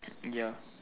ya